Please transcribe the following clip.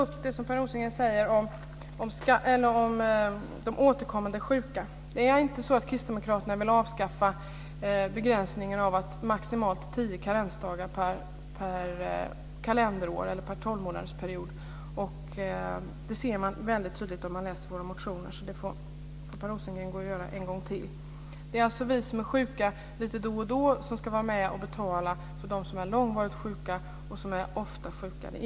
Per Rosengren talar om de återkommande sjuka. Det är inte så att Kristdemokraterna vill avskaffa begränsningen till maximalt tio karensdagar per tolvmånadersperiod. Det framgår tydligt när man läser våra motioner, så det får Per Rosengren göra en gång till. Det är vi som är sjuka lite då och då som ska vara med och betala för dem som är långvarigt och ofta sjuka.